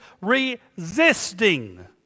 resisting